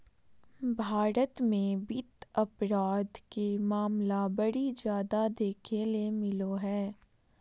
भारत मे वित्त अपराध के मामला बड़ी जादे देखे ले मिलो हय